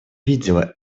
видела